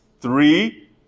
three